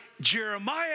Jeremiah